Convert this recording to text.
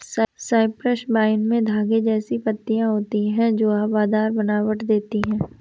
Cyprus vine में धागे जैसी पत्तियां होती हैं जो हवादार बनावट देती हैं